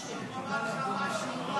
תלמד את התקנון.